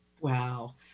Wow